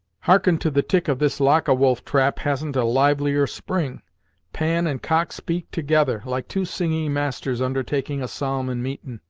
hearken to the tick of this lock a wolf trap has'n't a livelier spring pan and cock speak together, like two singing masters undertaking a psalm in meetin'.